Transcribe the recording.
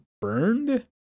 burned